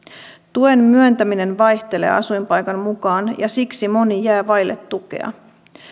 tuen myöntäminen vaihtelee asuinpaikan mukaan ja siksi moni jää vaille tukea